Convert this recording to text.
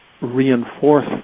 reinforce